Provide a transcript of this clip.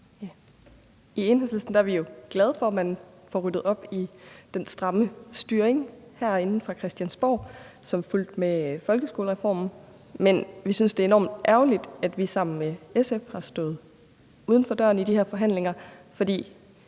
I Enhedslisten er vi jo glade for, at man får ryddet op i den stramme styring herinde fra Christiansborg, som fulgte med folkeskolereformen, men vi synes, det er enormt ærgerligt, at vi sammen med SF har stået uden for døren i de her forhandlinger, for